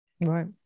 Right